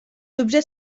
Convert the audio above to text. objets